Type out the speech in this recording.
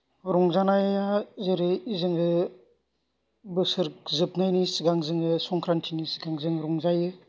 रंजानाया जेरै जोङो बोसोर जोबनायनि सिगां जोङो संक्रान्तिनि सिगां जों रंजायो